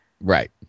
Right